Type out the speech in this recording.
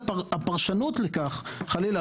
חלילה,